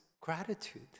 gratitude